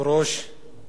מכובדי השר,